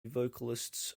vocalists